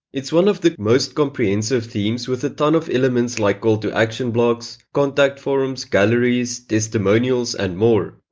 it's one of the most comprehensive themes with a ton of elements like call to action blogs, contact forums, galleries, testimonials and more.